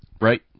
Right